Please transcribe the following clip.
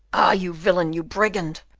ah! you villain, you brigand,